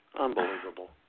Unbelievable